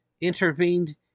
intervened